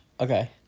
Okay